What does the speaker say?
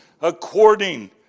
according